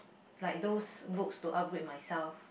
like those books to upgrade myself